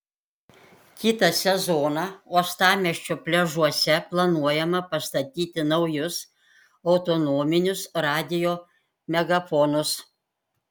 kitą sezoną uostamiesčio pliažuose planuojama pastatyti naujus autonominius radijo megafonus